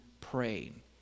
praying